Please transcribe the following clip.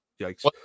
Yikes